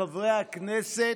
חברי הכנסת,